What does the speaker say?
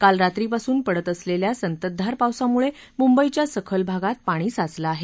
काल रात्रीपासून पडत असलेल्या संततधार पावसामुळे मुंबईच्या सखल भागात पाणी साचलं आहे